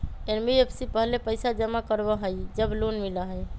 NBFC पहले पईसा जमा करवहई जब लोन मिलहई?